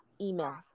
email